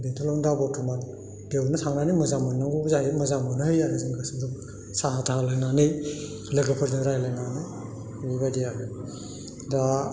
बेंथलावनो दा बरथ'मान बेवनो थानानै मोजां मोननांगौबो जायो मोजां मोनो आरो साहा थाहा लोंनानै लोगोफोरजों रायज्लायनानै बेबायदि आरो दा